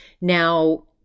Now